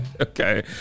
Okay